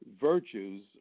virtues